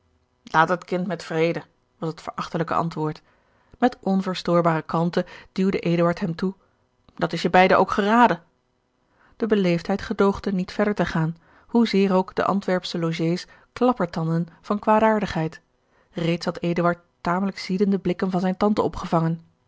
laat het kind met vrede was het verachtelijke antwoord met onverstoorbare kalmte duwde eduard hem toe dat is je beiden ook geraden de beleefdheid gedoogde niet verder te gaan hoezeer ook de antwerpsche logés klappertandden van kwaadaardigheid reeds had eduard tamelijk ziedende blikken van zijne tante opgevangen